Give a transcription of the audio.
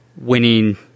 winning